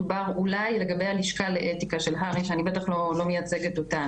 דובר אולי לגבי הלשכה לאתיקה של הר"י שאני בטח לא מייצגת אותה.